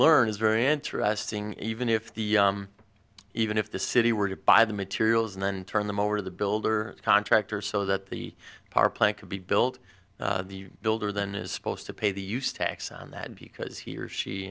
learn is very interesting even if the even if the city were to buy the materials and then turn them over to the builder contractor so that the power plant could be built the builder than is supposed to pay the use tax on that because he or she